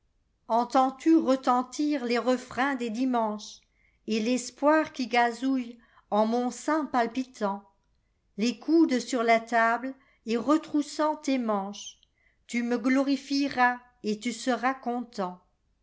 entends-tu retentir les refrains des dimancheset l'espoir qui gazouille en mon sein palpitant les coudes sur la table et retroussant tes manches tu me glorifieras et tu seras content